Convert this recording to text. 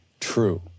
true